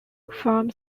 from